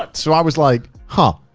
but so i was like, huh,